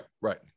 right